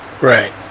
right